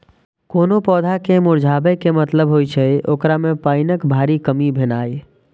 कोनो पौधा के मुरझाबै के मतलब होइ छै, ओकरा मे पानिक भारी कमी भेनाइ